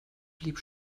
blieb